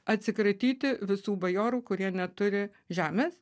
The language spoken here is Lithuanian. atsikratyti visų bajorų kurie neturi žemės